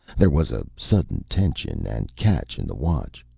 there was a sudden tension and catch in the watch.